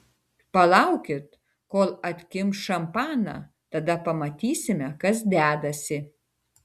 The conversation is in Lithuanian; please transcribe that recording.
palaukit kol atkimš šampaną tada pamatysime kas dedasi